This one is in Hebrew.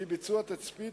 שהיא ביצוע תצפית,